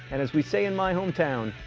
and as we say in my hometown,